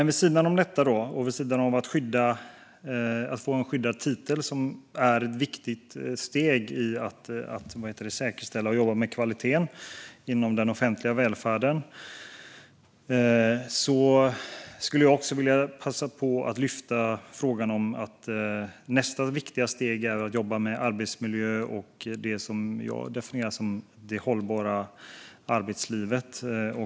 Vid sidan av detta och förutom införandet av en skyddad titel, vilket är ett viktigt steg i att säkerställa kvaliteten inom den offentliga välfärden, skulle jag också vilja passa på att lyfta att nästa viktiga steg är att jobba med arbetsmiljö och det som jag definierar som det hållbara arbetslivet.